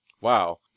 Wow